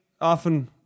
often